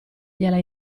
gliela